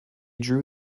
drew